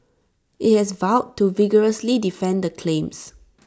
IT has vowed to vigorously defend the claims